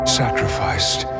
sacrificed